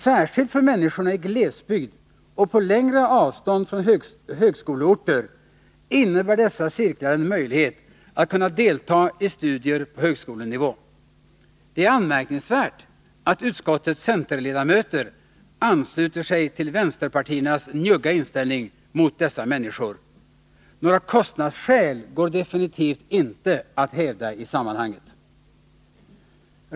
Särskilt för människorna i glesbygd och på längre avstånd från högskoleorter innebär dessa cirklar en möjlighet att delta i studier på högskolenivå. Det är anmärkningsvärt att utskottets centerledamöter ansluter sig till vänsterpartiernas njugga inställning mot dessa människor. Några kostnadsskäl går definitivt inte att hävda i sammanhanget.